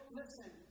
listen